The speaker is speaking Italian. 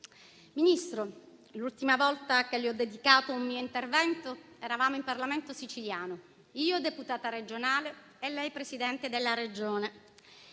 Ministro, l'ultima volta che le ho dedicato un mio intervento eravamo in Parlamento siciliano, io deputata regionale e lei Presidente della Regione.